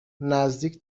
نزدیک